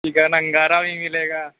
chicken angara بھی مِلے گا